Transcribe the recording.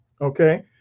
okay